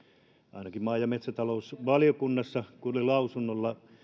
ainakin kun tämä oli maa ja metsätalousvaliokunnassa lausunnolla